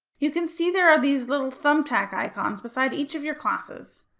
you can see there ah these little thumbtack icons beside each of your classes